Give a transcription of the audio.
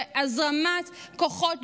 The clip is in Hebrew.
בהזרמת כוחות,